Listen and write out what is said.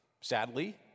Sadly